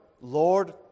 Lord